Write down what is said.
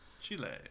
Chile